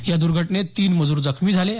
या दुर्घटनेत तीन मजूर जखमी झाले आहेत